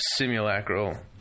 simulacral